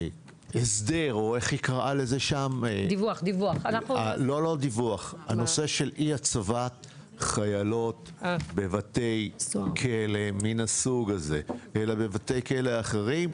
וכן לגבי אי הצבת חיילות בבתי כלא מהסוג הזה אלא בבתי כלא אחרים.